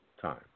time